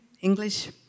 English